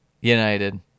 United